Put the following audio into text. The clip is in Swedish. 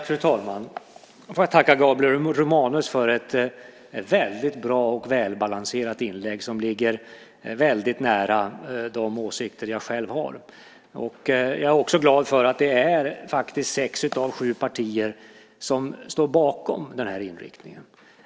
Fru talman! Jag får tacka Gabriel Romanus för ett väldigt bra och välbalanserat inlägg. Det som sades ligger väldigt nära de åsikter jag själv har. Jag är också glad över att faktiskt sex av sju partier står bakom nämnda inriktning.